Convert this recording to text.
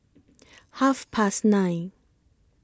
Half Past nine